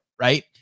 right